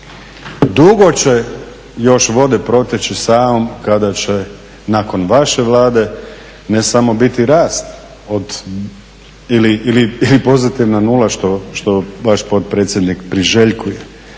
Dugo će još vode proteći Savom kada će nakon vaše Vlade ne samo biti rast od ili pozitivna nula što vaš potpredsjednik priželjkuje,